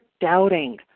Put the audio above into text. doubting